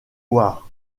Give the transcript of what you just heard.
war